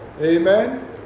amen